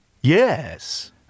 Yes